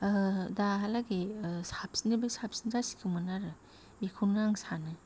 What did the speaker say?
दाहालागै साबसिननिफ्राय साबसिन जासिगौमोन आरो बेखौनो आं सानो